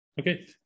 Okay